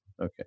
Okay